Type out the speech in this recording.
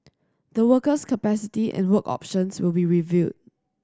the worker's capacity and work options will be reviewed